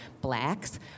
blacks